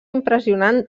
impressionant